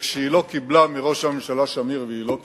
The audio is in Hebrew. וכשהיא לא קיבלה מראש הממשלה שמיר, והיא לא קיבלה,